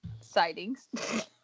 sightings